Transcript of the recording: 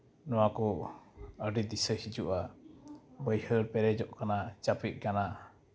ᱱᱚᱣᱟ ᱠᱚ ᱟᱹᱰᱤ ᱫᱤᱥᱟᱹ ᱦᱤᱡᱩᱜᱼᱟ ᱵᱟᱭᱦᱟᱹᱲ ᱯᱮᱨᱮᱡᱚᱜ ᱠᱟᱱᱟ ᱪᱟᱯᱮᱜ ᱠᱟᱱᱟ